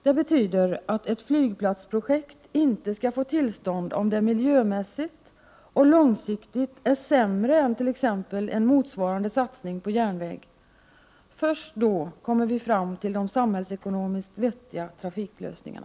Det betyder att ett flygplatsprojekt inte skall få tillstånd, om det miljömässigt och långsiktigt är sämre än t.ex. en motsvarande satsning på järnväg. Först då kommer vi fram till de samhällsekonomiskt vettiga trafiklösningarna.